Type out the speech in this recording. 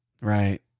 Right